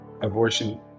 abortion